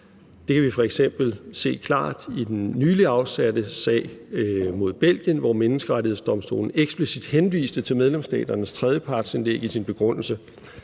Det kan vi f.eks. se klart i den nylig afsatte sag mod Belgien, hvor Menneskerettighedsdomstolen eksplicit henviste til medlemsstaternes tredjepartsindlæg i sin begrundelse.